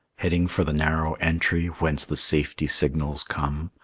heading for the narrow entry whence the safety signals come.